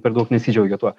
per daug nesidžiaugia tuo